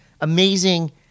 amazing